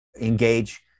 engage